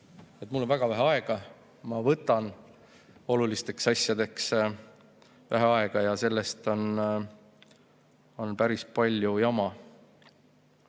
mul on väga vähe aega, ma võtan olulisteks asjadeks vähe aega ja sellest tuleb päris palju jama.